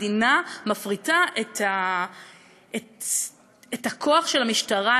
המדינה מפריטה את הכוח של המשטרה,